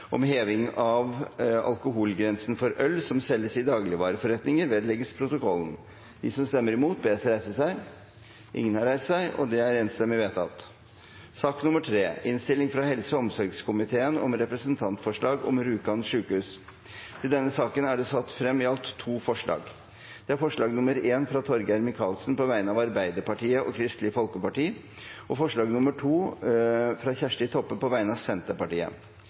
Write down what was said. om at dette ikke utfordrer den særnorske avtalen om vinmonopol og forholdet til EØS-avtalen.» Under debatten er det satt frem i alt to forslag. Det er forslag nr. 1, fra Torgeir Micaelsen på vegne av Arbeiderpartiet og Kristelig Folkeparti forslag nr. 2, fra Kjersti Toppe på vegne av Senterpartiet